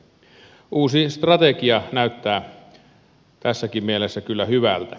uusi strategia näyttää tässäkin mielessä kyllä hyvältä